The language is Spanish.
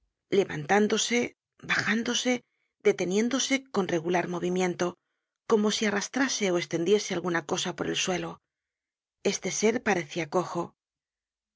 levantándose bajándose deteniéndose con regular mo vimiento como si arrastrase ó estendiese alguna cosa por el sucio este ser parecia cojo